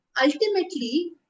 Ultimately